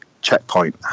checkpoint